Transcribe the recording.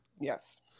Yes